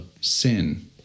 sin